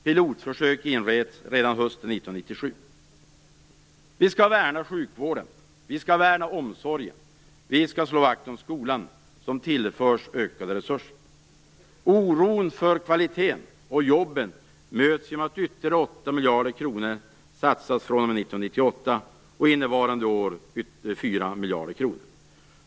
Pilotförsök inleds redan hösten 1997. Vi skall värna sjukvården. Vi skall värna omsorgen. Vi skall slå vakt om skolan, som tillförs ökade resurser. Oron för kvaliteten och jobben möts genom att ytterligare 8 miljarder kronor satsas fr.o.m. 1998 och 4 miljarder kronor innevarande år.